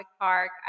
Park